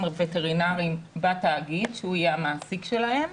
וטרינרים בתאגיד שהוא יהיה המעסיק שלהם